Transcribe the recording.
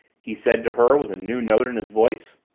he said to her with a new note in his voice.